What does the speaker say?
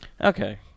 Okay